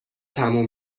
تموم